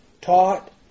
taught